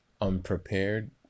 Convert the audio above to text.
unprepared